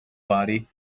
body